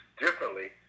differently